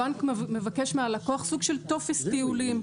הבנק מבקש מהלקוח סוג של טופס טיולים,